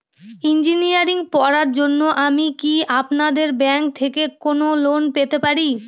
Engineering পড়ার জন্য আমি কি আপনাদের ব্যাঙ্ক থেকে কোন লোন পেতে পারি?